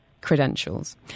credentials